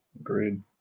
Agreed